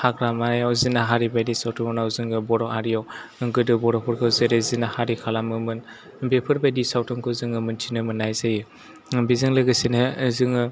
हाग्रामायाव जिनाहारि बादि सावथुनाव जोङो बर' हारियाव गोदो बर'फोरखौ जेरै जिनाहारि खालामोमोन बेफोरबादि सावथुनखौ जोङो मिन्थिनो मोन्नाय जायो बेजों लोगोसेनो जोङो